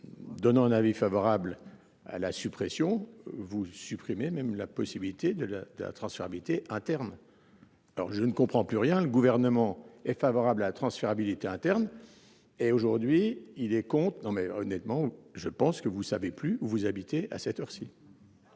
Donnant un avis favorable à la suppression vous supprimez même la possibilité de la de la transférabilité interne. Alors je ne comprends plus rien. Le gouvernement est favorable à la transférabilité interne et aujourd'hui il est compte non mais honnêtement je pense que vous savez plus où vous habitez à cette heure-ci.